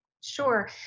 Sure